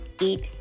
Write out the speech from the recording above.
Eat